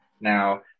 Now